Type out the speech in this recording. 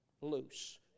loose